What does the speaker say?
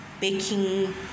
baking